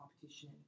Competition